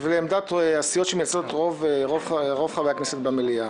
ולעמדת הסיעות שמייצגות את רוב חברי הכנסת במליאה.